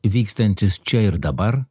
vykstantis čia ir dabar